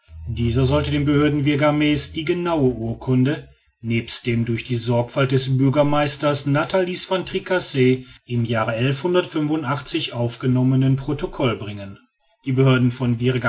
dieser sollte den behörden virgamens die genaue urkunde nebst dem durch die sorgfalt des bürgermeisters natalis van tricasse im jahre aufgenommenen protokoll bringen die behörden von